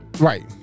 Right